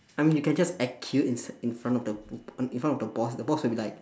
I mean you can just act cute insi~ in front of the b~ in in front of the boss the boss will be like